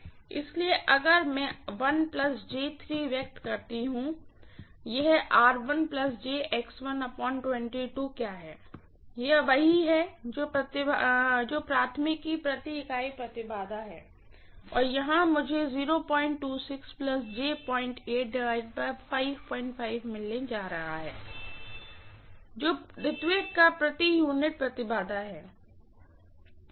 इसलिए अगर मैं व्यक्त करती हूँ यह क्या है यह वही है जो प्राइमरीकी पर यूनिट इम्पीडेन्स है और यहां मुझे मिलने जा रहा है जो सेकेंडरी का प्रति यूनिट इम्पीडेन्स है